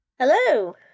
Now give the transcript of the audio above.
Hello